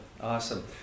Awesome